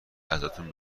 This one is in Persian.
ازتون